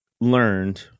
learned